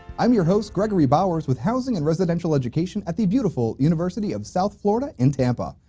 i'm your host gregory bowers with housing and residential education at the beautiful university of south florida in tampa.